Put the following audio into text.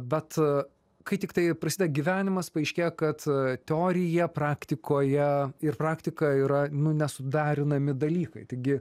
bet kai tiktai prasideda gyvenimas paaiškėja kad teorija praktikoje ir praktika yra nu nesuderinami dalykai taigi